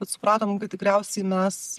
bet supratom kad tikriausiai mes